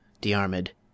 Diarmid